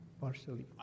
Partially